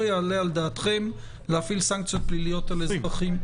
יעלה על דעתכם להפעיל סנקציות פליליות על אזרחים.